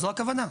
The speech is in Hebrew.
זאת הכוונה.